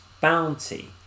bounty